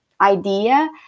idea